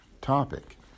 topic